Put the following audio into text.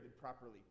properly